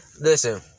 Listen